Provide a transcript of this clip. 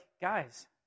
guys